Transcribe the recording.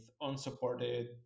unsupported